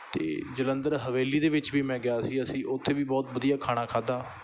ਅਤੇ ਜਲੰਧਰ ਹਵੇਲੀ ਦੇ ਵਿੱਚ ਵੀ ਮੈਂ ਗਿਆ ਸੀ ਅਸੀਂ ਉੱਥੇ ਵੀ ਬਹੁਤ ਵਧੀਆ ਖਾਣਾ ਖਾਂਦਾ